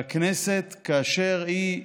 והכנסת, כאשר היא,